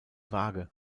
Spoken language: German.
waage